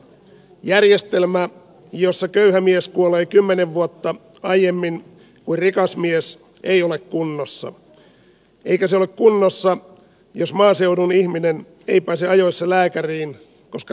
järjestelmä jossa köyhä mies kuolee kymmenen vuotta aiemmin kuin rikas mies ei ole kunnossa eikä se ole kunnossa jos maaseudun ihminen ei pääse ajoissa lääkäriin koska lääkäriä ei ole